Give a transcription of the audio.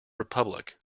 republic